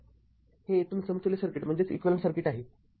हे येथून समतुल्य सर्किट आहे